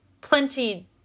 plenty